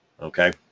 okay